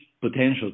potential